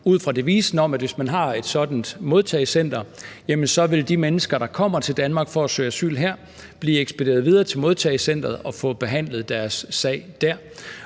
ud fra devisen om, at hvis man har et sådant modtagecenter, vil de mennesker, der kommer til Danmark for at søge om asyl, blive ekspederet videre til modtagecenteret og få behandlet deres sag der.